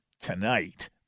tonight